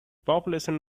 population